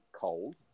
cold